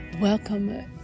Welcome